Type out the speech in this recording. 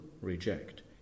reject